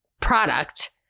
product